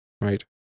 right